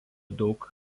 daug